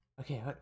Okay